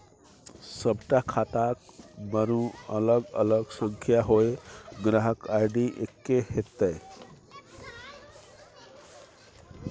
सभटा खाताक बरू अलग अलग संख्या होए ग्राहक आई.डी एक्के हेतै